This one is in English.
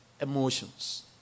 emotions